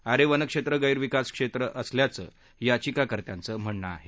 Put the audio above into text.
आरे वनक्षेत्र गैरविकास क्षेत्र असल्याचं याचिकार्त्यांचं म्हणनं आहे